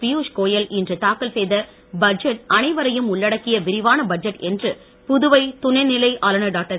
பியூஷ் கோயல் இன்று தாக்கல் செய்த பட்ஜெட் அனைவரையும் உள்ளடக்கிய விரிவான பட்ஜெட் என்று புதுவை துணைநிலை ஆளுநர் டாக்டர்